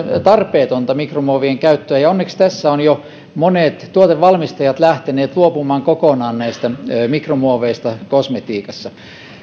tarpeetonta mikromuovien käyttöä ja onneksi tässä ovat jo monet tuotevalmistajat lähteneet luopumaan kokonaan näistä mikromuoveista kosmetiikassa